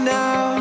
now